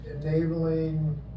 enabling